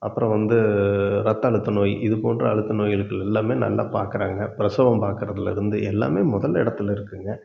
அப்புறம் வந்து ரத்த அழுத்த நோய் இது போன்ற அழுத்த நோய்களுக்கு எல்லாமே நல்லா பார்க்கறாங்க பிரசவம் பார்க்கறதுல இருந்து எல்லாமே முதல் இடத்துல இருக்குதுங்க